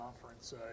conference